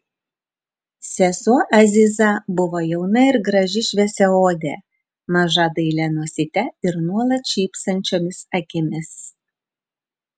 sesuo aziza buvo jauna ir graži šviesiaodė maža dailia nosyte ir nuolat šypsančiomis akimis